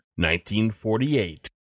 1948